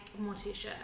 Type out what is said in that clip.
morticia